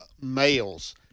males